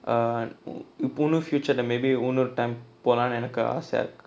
இப்பொன்னு:ipponnu future lah maybe இன்னொரு:innoru time போலானு எனக்கு ஆசையா இருக்கு:polaanu enakku aasaiyaa irukku